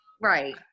Right